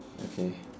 okay